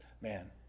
Man